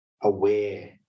aware